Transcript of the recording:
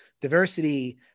diversity